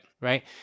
right